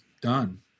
done